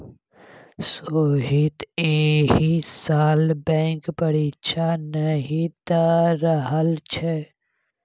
सोहीत एहि साल बैंक परीक्षा नहि द रहल छै